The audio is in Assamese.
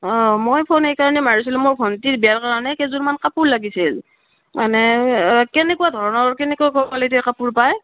অঁ মই ফোন এইকাৰণে মাৰিছিলোঁ মোৰ ভণ্টিৰ বিয়াৰ কাৰণে কেইযোৰ মান কাপোৰ লাগিছিল মানে কেনেকুৱা ধৰণৰ কেনেকুৱা কোৱালিটিৰ কাপোৰ পায়